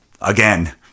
again